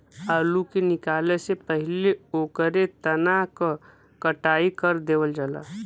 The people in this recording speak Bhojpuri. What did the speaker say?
आलू के निकाले से पहिले ओकरे तना क कटाई कर देवल जाला